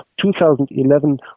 2011